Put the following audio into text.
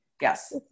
Yes